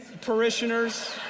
parishioners